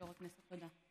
תודה.